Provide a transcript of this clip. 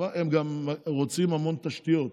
הם גם רוצים המון תשתיות.